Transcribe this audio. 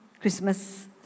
Christmas